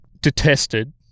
detested